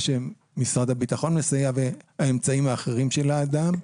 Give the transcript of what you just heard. שמשרד הביטחון מסייע והאמצעים האחרים של האדם.